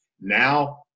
Now